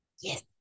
Yes